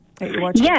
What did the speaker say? Yes